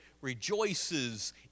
rejoices